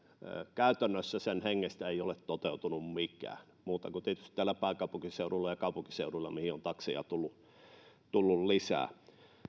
käytännössä sen hengestä ei ole toteutunut mikään muuta kuin tietysti täällä pääkaupunkiseudulla ja kaupunkiseuduilla mihin on takseja tullut lisää